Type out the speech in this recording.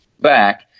back